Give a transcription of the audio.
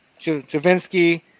Javinsky